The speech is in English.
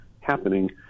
happening